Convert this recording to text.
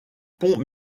ponts